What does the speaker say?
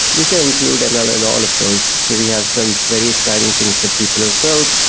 you can include ml and all of those. so we have some very exciting things that people have built.